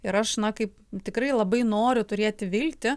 ir aš na kaip tikrai labai noriu turėti viltį